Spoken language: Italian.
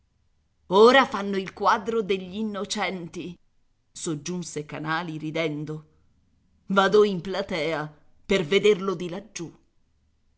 ora fanno il quadro degli innocenti soggiunse canali ridendo vado in platea per vederlo di laggiù